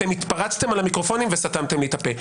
אתם התפרצתם על המיקרופונים וסתמתם לי את הפה.